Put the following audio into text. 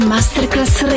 Masterclass